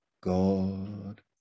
God